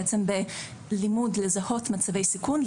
בעצם בלימוד לזהות מצבי סיכון,